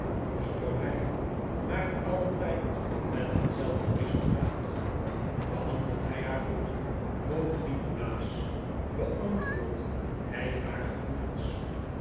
niet door mij maar altijd met hetzelfde resultaat behandelt hij haar goed vroeg nikolaas beantwoordt hij haar gevoelens